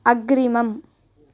अग्रिमम्